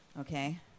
okay